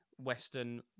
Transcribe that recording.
Western